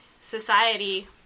society